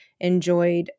enjoyed